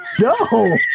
No